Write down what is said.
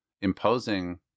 imposing